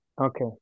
Okay